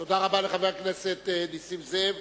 תודה רבה לחבר הכנסת נסים זאב.